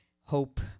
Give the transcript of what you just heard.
hope